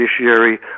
judiciary